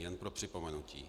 Jen pro připomenutí.